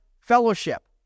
fellowship